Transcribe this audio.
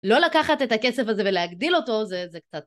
לא לקחת את הכסף הזה ולהגדיל אותו, זה קצת...